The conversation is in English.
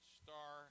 star